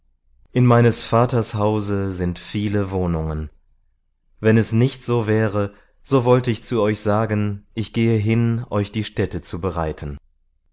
in meines vaters hause sind viele wohnungen wenn es nicht so wäre so wollte ich zu euch sagen ich gehe hin euch die stätte zu bereiten